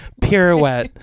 Pirouette